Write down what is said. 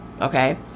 Okay